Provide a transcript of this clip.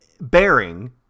Bearing